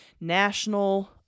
national